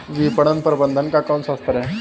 विपणन प्रबंधन का कौन सा स्तर है?